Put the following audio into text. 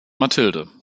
mathilde